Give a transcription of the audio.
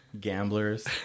gamblers